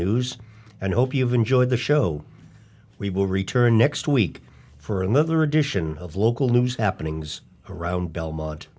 miller's and hope you've enjoyed the show we will return next week for another edition of local news happenings around belmont